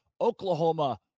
Oklahoma